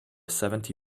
seventy